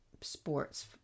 sports